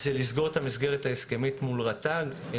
זה לסגור את המסגרת ההסכמית מול רט"ג.